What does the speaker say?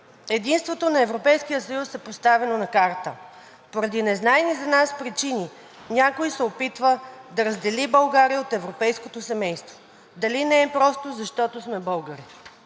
Единството на Европейския съюз е поставено на карта. Поради незнайни за нас причини някой се опитва да раздели България от европейското семейство – дали не е просто защото сме българи?